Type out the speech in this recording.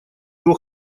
его